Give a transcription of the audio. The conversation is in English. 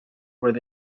where